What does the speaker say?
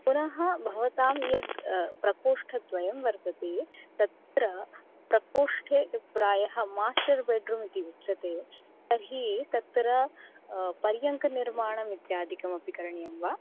पुनः भवतां यद् प्रकोष्ठद्वयं वर्तते तत्र प्रकोष्ठे प्रायः मास्टर् बेड्रूम् इति उच्यते तर्हि तत्र पर्यङ्कनिर्माणमित्यादिकमपि करणीयं वा